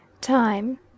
Time